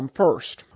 first